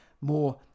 more